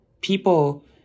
people